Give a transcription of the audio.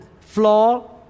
floor